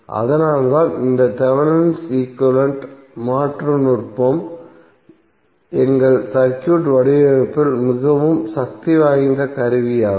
அதனால்தான் இந்த Thevenin equivalent மாற்று நுட்பம் எங்கள் சர்க்யூட் வடிவமைப்பில் மிகவும் சக்திவாய்ந்த கருவியாகும்